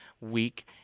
week